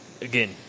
again